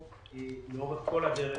לאורך כל הדרך